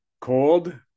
cold